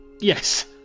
Yes